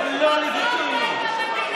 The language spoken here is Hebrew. קצת בושה.